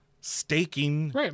staking